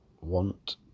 want